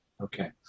Okay